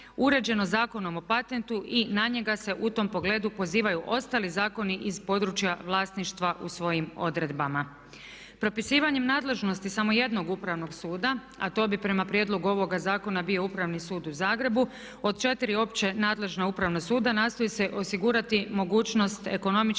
uređeno Zakonom o patentu i na njega se u tom pogledu pozivaju ostali zakoni iz područja vlasništva u svojim odredbama. Propisivanjem nadležnosti samo jednog Upravnog suda a to bi prema prijedlogu ovoga zakona bio Upravni sud u Zagrebu od četiri opće nadležna Upravna suda nastoji se osigurati mogućnost ekonomične